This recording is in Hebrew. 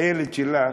הילד שלה,